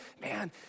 Man